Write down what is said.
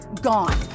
gone